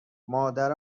مادر